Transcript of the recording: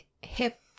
hip